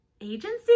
Agency